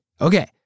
Okay